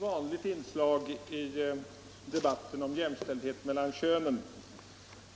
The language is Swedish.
Herr talman! I debatten om jämställdhet mellan könen